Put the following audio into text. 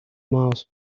miles